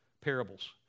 parables